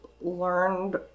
learned